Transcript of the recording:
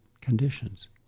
conditions